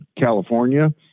California